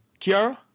Kiara